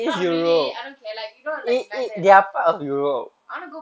not really I don't care like you know like london and all I want to go